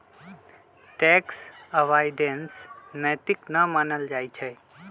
tax avoidance नैतिक न मानल जाइ छइ